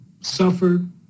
suffered